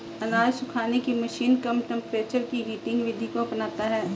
अनाज सुखाने की मशीन कम टेंपरेचर की हीटिंग विधि को अपनाता है